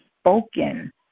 spoken